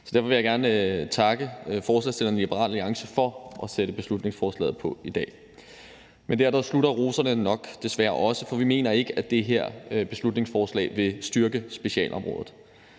Så derfor vil jeg gerne takke forslagsstillerne i Liberal Alliance for at få sat beslutningsforslaget på dagsordenen. Men der slutter roserne desværre nok også, for vi mener ikke, at det her beslutningsforslag vil styrke specialområdet.